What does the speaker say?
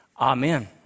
Amen